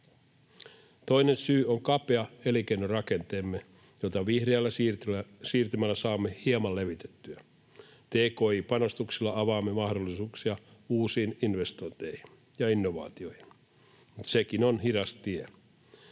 Toinen syy on kapea elinkeinorakenteemme, jota vihreällä siirtymällä saamme hieman levitettyä. Tki-panostuksilla avaamme mahdollisuuksia uusiin investointeihin ja innovaatioihin, mutta sekin on hidas tie.